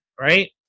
right